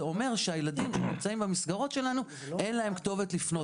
זה אומר שהילדים שנמצאים במסגרות שלנו - אין להם כתובת לפנות.